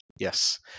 Yes